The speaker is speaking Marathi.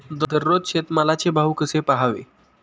दररोज शेतमालाचे भाव कसे पहावे?